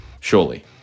Surely